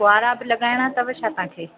फुआरा बि लॻाइणा अथव छा तव्हांखे